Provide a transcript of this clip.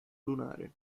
lunare